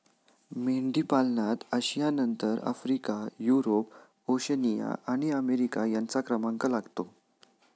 मेंढीपालनात आशियानंतर Africa, Europe, Oceania आणि अमेरिका यांचा क्रमांक लागतो